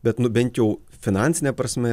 bet nu bent jau finansine prasme